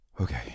Okay